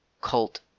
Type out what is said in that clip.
cult